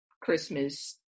Christmas-